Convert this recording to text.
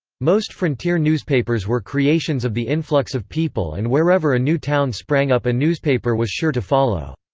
most frontier newspapers were creations of the influx of people and wherever a new town sprang up a newspaper was sure to follow.